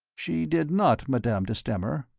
she did not, madame de stamer.